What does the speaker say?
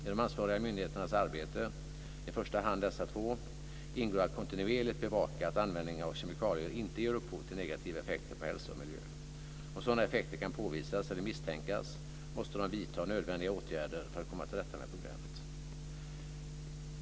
I de ansvariga myndigheternas arbete, i första hand Kemikalieinspektionen och Naturvårdsverket, ingår att kontinuerligt bevaka att användning av kemikalier inte ger upphov till negativa effekter på hälsa och miljö. Om sådana effekter kan påvisas eller misstänkas, måste man vidta nödvändiga åtgärder för att komma till rätta med problemet.